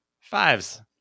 fives